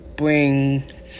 Bring